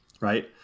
right